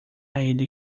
ele